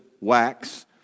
wax